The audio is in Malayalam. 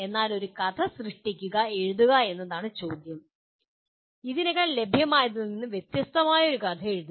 എന്നാൽ ഒരു കഥ സൃഷ്ടിക്കുക എഴുതുക എന്നതാണ് ചോദ്യം ഇതിനകം ലഭ്യമായതിൽ നിന്ന് വ്യത്യസ്തമായി ഒരു കഥ എഴുതുക